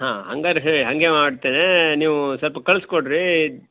ಹಾಂ ಹಂಗಾರ್ ಹೇಳಿ ಹಾಗೆ ಮಾಡ್ತೇನೆ ನೀವು ಸ್ವಲ್ಪ ಕಳಿಸ್ಕೊಡ್ರಿ